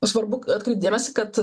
svarbu atkreipt dėmesį kad